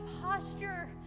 posture